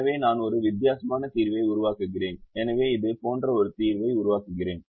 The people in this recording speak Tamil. எனவே நான் ஒரு வித்தியாசமான தீர்வை உருவாக்குகிறேன் எனவே இது போன்ற ஒரு தீர்வை உருவாக்குகிறேன்